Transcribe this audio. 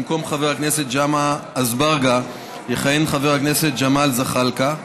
במקום חבר הכנסת ג'מעה אזברגה יכהן חבר הכנסת ג'מאל זחאלקה,